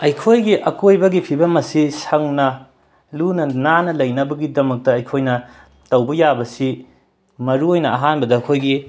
ꯑꯩꯈꯣꯏꯒꯤ ꯑꯀꯣꯏꯕꯒꯤ ꯐꯤꯕꯝ ꯑꯁꯤ ꯁꯪꯅ ꯂꯨꯅ ꯅꯥꯟꯅ ꯂꯩꯅꯕꯒꯤꯗꯃꯛꯇ ꯑꯩꯈꯣꯏꯅ ꯇꯧꯕ ꯌꯥꯕꯁꯤ ꯃꯔꯨ ꯑꯣꯏꯅ ꯑꯍꯥꯟꯕꯗ ꯑꯩꯈꯣꯏꯒꯤ